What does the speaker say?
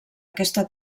aquesta